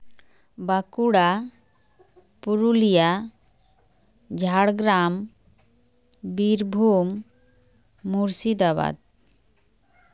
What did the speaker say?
Bankura Purulia Jhargram Birbhum Murshidabad